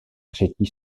třetí